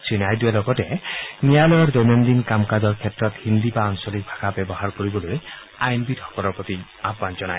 শ্ৰী নাইডুৱে লগতে ন্যায়ালয়ৰ দৈনন্দিন কাম কাজৰ ক্ষেত্ৰত হিন্দী বা আঞ্চলিক ভাষা ব্যৱহাৰ কৰিবলৈ আইনবিদসকলৰ প্ৰতি আহান জনায়